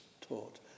taught